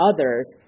others